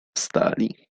wstali